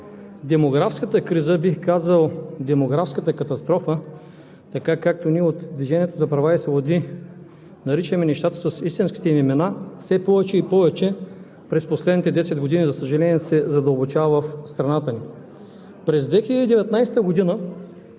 демографската криза, бих казал, демографската катастрофа, така както ние от „Движението за права и свободи“ наричаме нещата с истинските им имена, все повече и повече през последните десет години, за съжаление, се задълбочава в страната ни. През 2019 г.